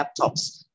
laptops